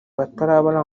batarabona